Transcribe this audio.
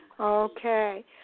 Okay